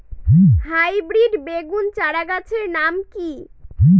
Hybrid বেগুন চারাগাছের নাম কি?